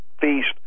feast